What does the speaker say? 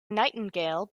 nightingale